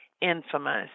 infamous